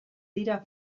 dira